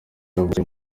yavukiye